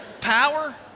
power